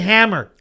Hammer